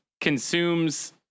consumes